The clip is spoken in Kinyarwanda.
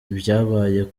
ibyabaye